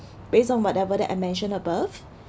based on whatever that I mention above